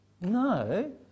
no